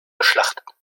geschlachtet